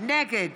נגד